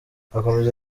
akomeza